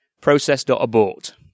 process.abort